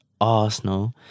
Arsenal